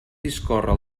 discórrer